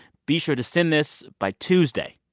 be sure to send this by tuesday.